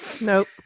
nope